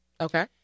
Okay